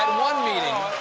one meeting,